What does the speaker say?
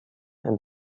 and